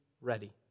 ready